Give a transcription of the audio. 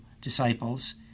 disciples